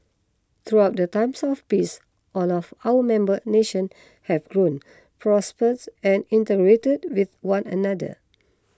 throughout the times of peace all of our member nations have grown prospered and integrated with one another